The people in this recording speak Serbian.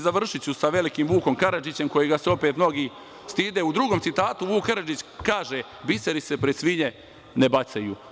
Završiću sa velikim Vukom Karadžićem kojeg se opet mnogi stide, u drugom citatu, Vuk Karadžić kaže – biseri se pred svinje ne bacaju.